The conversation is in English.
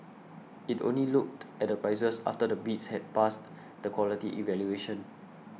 it only looked at the prices after the bids had passed the quality evaluation